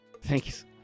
Thanks